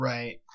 Right